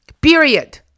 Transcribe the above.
Period